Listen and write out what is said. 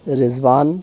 Rizwan